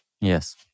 Yes